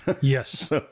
Yes